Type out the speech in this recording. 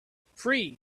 free